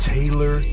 Taylor